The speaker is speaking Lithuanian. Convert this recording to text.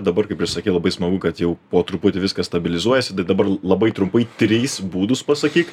dabar kaip ir sakei labai smagu kad jau po truputį viskas stabilizuojasi tai dabar labai trumpai trys būdus pasakyk